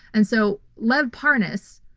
and so, lev parnas,